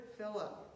Philip